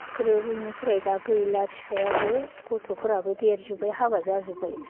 ग्रोबै इनिफ्राय दा गैला बिफायाबो गथ'फोराबो देरजोब्बाय हाबा जाजोब्बाय